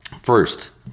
first